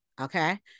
Okay